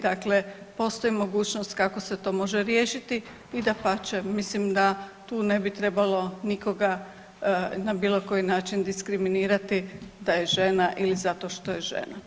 Dakle, postoji mogućnost kako se to može riješiti i dapače mislim da tu ne bi trebalo nikoga na bilo koji način diskriminirati da je žena ili zato što je žena.